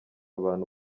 abantu